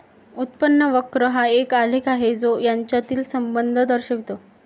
उत्पन्न वक्र हा एक आलेख आहे जो यांच्यातील संबंध दर्शवितो